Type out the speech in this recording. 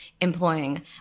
employing